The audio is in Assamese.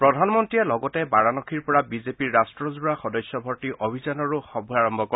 প্ৰধানমন্ত্ৰীয়ে লগতে বাৰাণসীৰ পৰা বিজেপিৰ ৰট্টজোৰা সদস্যভৰ্তি অভিযানৰো শুভাৰম্ভ কৰে